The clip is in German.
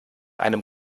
einem